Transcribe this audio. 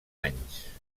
anys